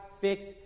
fixed